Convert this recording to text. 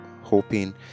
hoping